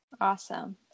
Awesome